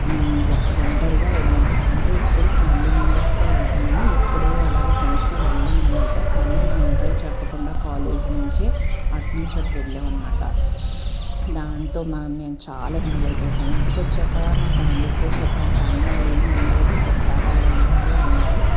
ఒంటరిగా వెళ్ళాం అంటే ఎప్పుడు ఫ్యామిలీ మెంబర్స్తో వెళ్తాము ఇప్పుడు అలాగా ఫ్రెండ్స్తో వెళ్ళామనమాట కానీ మా ఇంట్లో చెప్పకుండా కాలేజీ నుంచి అటు నుంచి అటే వెళ్ళాము అనమాట దాంతో మా మేము చాలా ఎంజాయ్ చేసాం ఇంటికి వచ్చాక మా ఫ్యామిలీతో చెప్పాము కానీ వాళ్ళు ఏమి అనలేదు ఇంకొకసారి అలా వెళ్లొద్దు అన్నారు